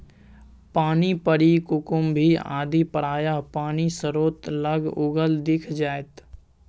पानिपरी कुकुम्भी आदि प्रायः पानिस्रोत लग उगल दिख जाएत